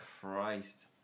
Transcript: Christ